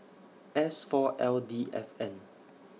S four L D F N